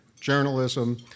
journalism